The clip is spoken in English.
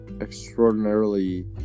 extraordinarily